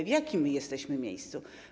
W jakim jesteśmy miejscu?